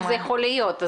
איך זה יכול להיות?